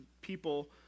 people